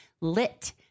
Lit